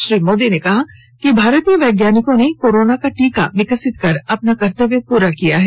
श्री मोदी ने कहा कि भारतीय वैज्ञानिकों ने कोरोना का टीका विकसित कर अपना कर्तव्य प्ररा किया है